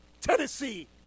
Tennessee